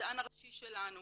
שהמדען הראשי שלנו